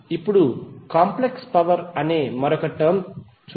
ఇప్పుడు complex power అనే మరో టర్మ్ కి వద్దాం